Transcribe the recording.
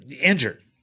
injured